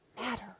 matter